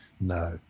No